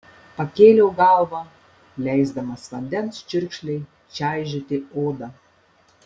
pakėliau galvą leisdamas vandens čiurkšlei čaižyti odą